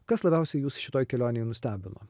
kas labiausiai jus šitoj kelionėj nustebino